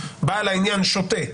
בעל העניין שותה,